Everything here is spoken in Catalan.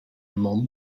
món